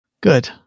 Good